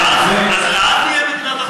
אז לעד נהיה מדינת אפרטהייד?